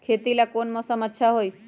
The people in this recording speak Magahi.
खेती ला कौन मौसम अच्छा होई?